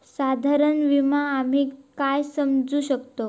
साधारण विमो आम्ही काय समजू शकतव?